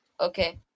Okay